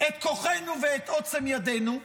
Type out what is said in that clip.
את כוחנו ואת עוצם ידנו,